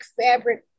fabric